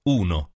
uno